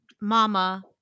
Mama